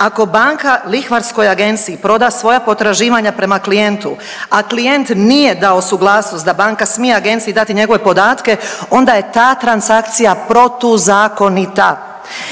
Ako banka lihvarskoj agenciji proda svoja potraživanja prema klijentu, a klijent nije dao suglasnost da banka smije agenciji dati njegove podatke, onda je ta transakcija protuzakonita